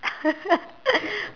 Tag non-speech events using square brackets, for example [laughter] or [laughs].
[laughs]